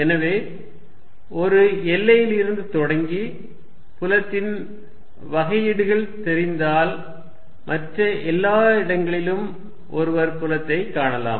எனவே ஒரு எல்லையிலிருந்து தொடங்கி புலத்தின் வகையீடுகள் தெரிந்தால் மற்ற எல்லா இடங்களிலும் ஒருவர் புலத்தை காணலாம்